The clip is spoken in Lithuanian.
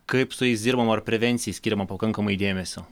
kaip su jais dirbama ar prevencijai skiriama pakankamai dėmesio